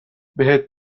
بهت